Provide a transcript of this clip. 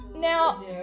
Now